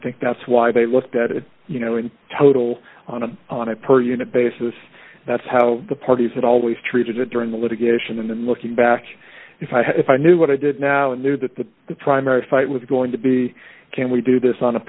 think that's why they looked at it you know in total on a on a per unit basis that's how the parties had always treated it during the litigation and then looking back if i had if i knew what i did now and knew that the primary fight was going to be can we do this on a